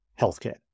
healthcare